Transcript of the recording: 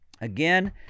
Again